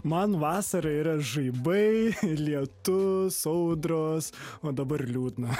man vasara yra žaibai lietus audros o dabar liūdna